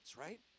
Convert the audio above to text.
right